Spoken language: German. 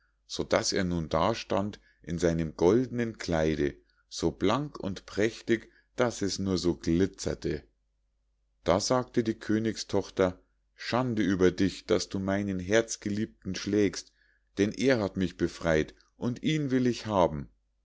so daß er nun da stand in seinem goldnen kleide so blank und prächtig daß es nur so glitzerte da sagte die königstochter schande über dich daß du meinen herzgeliebten schlägst denn er hat mich befrei't und ihn will ich haben